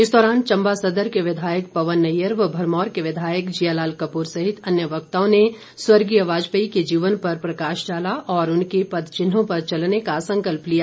इस दौरान चंबा सदर के विधायक पवन नैय्यर व भरमौर के विधायक जीया लाल कप्र सहित अन्य वक्ताओं ने स्वर्गीय वाजपेयी के जीवन पर प्रकाश डाला और उनके पदचिन्हों पर चलने का संकल्प लिया